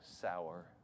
sour